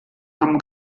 hamm